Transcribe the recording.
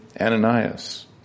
Ananias